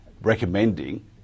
recommending